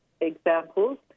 examples